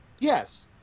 Yes